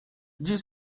dziś